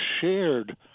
shared